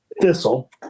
Thistle